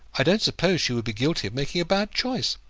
i don't suppose she would be guilty of making a bad choice.